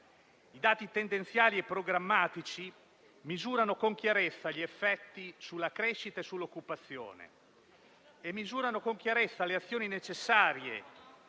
I dati tendenziali e programmatici misurano con chiarezza gli effetti sulla crescita e sull'occupazione, nonché le azioni necessarie